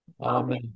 Amen